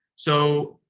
so,